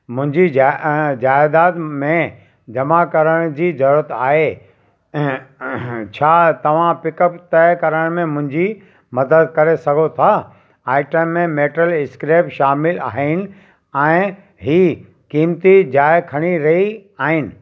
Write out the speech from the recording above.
मुंहिंजी ज ज़ायदाद में जमा करण जी ज़रूरत आहे छा तव्हां पिकअप तय करण में मुंहिंजी मदद करे सघो था आइटने मैटल स्क्रैप शामिलु आहिनि ऐं ही कीमती जाइ खणी रही आहिनि